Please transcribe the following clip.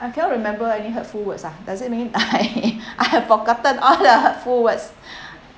I cannot remember any hurtful words ah does it mean I I've forgotten all the hurtful words